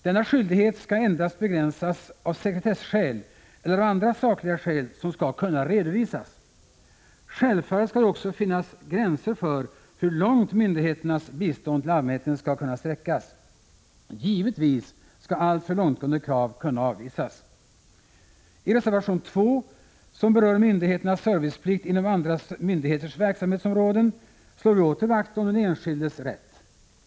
Denna skyldighet skall endast begränsas av sekretesskäl eller av andra sakliga skäl som skall kunna redovisas. Självfallet skall det också finnas gränser för hur långt myndigheternas bistånd till allmänheten skall kunna sträckas. Givetvis skall alltför långtgående krav kunna avvisas. I reservation nr 2, som berör myndighets serviceplikt inom andra myndigheters verksamhetsområden, slår vi åter vakt om den enskildes rätt.